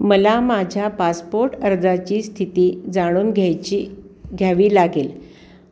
मला माझ्या पासपोर्ट अर्जाची स्थिती जाणून घ्यायची घ्यावी लागेल